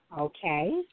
Okay